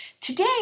today